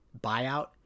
buyout